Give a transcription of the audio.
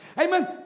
Amen